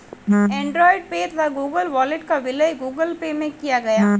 Android पे तथा Google wallet का विलय गूगल पे में किया गया